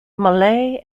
malay